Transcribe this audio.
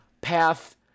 path